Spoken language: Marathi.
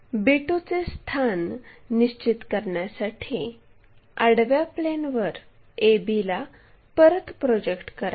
b2 चे स्थान निश्चित करण्यासाठी आडव्या प्लेनवर ab ला परत प्रोजेक्ट करायचे